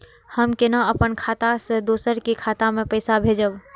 हम केना अपन खाता से दोसर के खाता में पैसा भेजब?